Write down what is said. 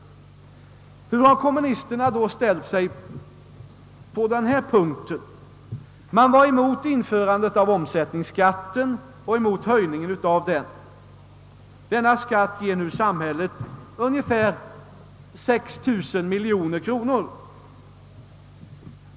Hur har kommunisterna då ställt sig på denna punkt? Man var emot införandet av omsättningsskatten liksom höjningen av denna. Denna skatt ger nu samhället ungefär 6 000 miljoner kronor.